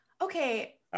okay